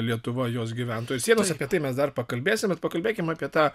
lietuva jos gyventojai sienos apie tai mes dar pakalbėsim bet pakalbėkim apie tą